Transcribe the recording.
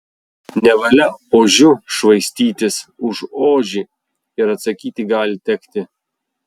nevalia ožiu švaistytis už ožį ir atsakyti gali tekti